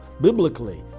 biblically